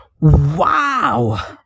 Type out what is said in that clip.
Wow